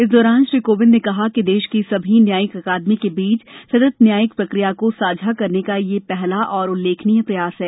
इस दौरान श्री कोविंद ने कहा कि देश की समस्त न्यायिक अकादमी के बीच सतत न्यायिक प्रक्रिया को साझा करने का यह पहला और उल्लेखनीय प्रयास है